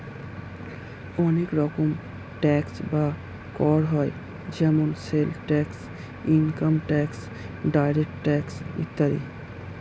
অনেক রকম ট্যাক্স বা কর হয় যেমন sales tax, income tax, direct tax ইত্যাদি